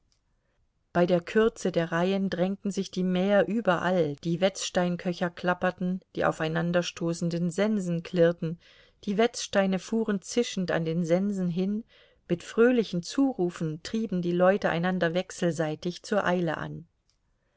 bei der kürze der reihen drängten sich die mäher überall die wetzsteinköcher klapperten die aufeinanderstoßenden sensen klirrten die wetzsteine fuhren zischend an den sensen hin mit fröhlichen zurufen trieben die leute einander wechselseitig zur eile an